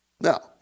Now